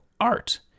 art